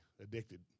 addicted